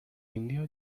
indio